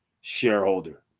shareholder